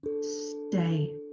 stay